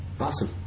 Awesome